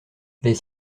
les